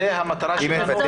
זו המטרה שלנו.